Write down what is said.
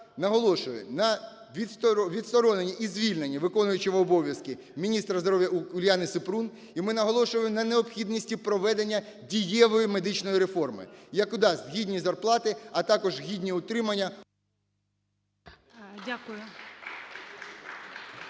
наголошує на відстороненні і звільненні виконуючого обов'язки міністра здоров'я Уляни Супрун. І ми наголошуємо на необхідності проведення дієвої медичної реформи, яка дасть гідні зарплати, а також гідні утримання...